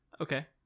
Okay